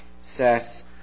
says